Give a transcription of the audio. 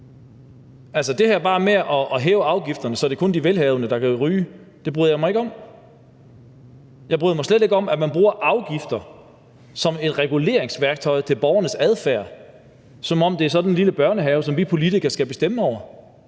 det her med bare at hæve afgifterne, så det kun er de velhavende, der kan ryge, bryder jeg mig ikke om. Jeg bryder mig slet ikke om, at man bruger afgifter som et reguleringsværktøj i forhold til borgernes adfærd, som om det drejer sig om sådan en lille børnehave, som vi politikere skal bestemme over.